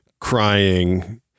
crying